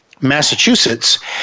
Massachusetts